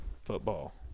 Football